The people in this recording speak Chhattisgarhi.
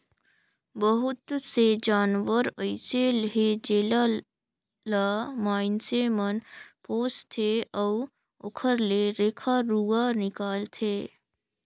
बहुत से जानवर अइसे हे जेला ल माइनसे मन पोसथे अउ ओखर ले रेखा रुवा निकालथे